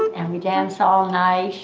and we dance all night.